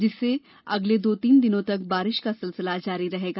जिससे अगले दो तीन दिनों तक बारिश का सिलसिला जारी रहेगा